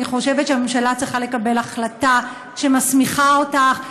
אני חושבת שהממשלה צריכה לקבל החלטה שמסמיכה אותך,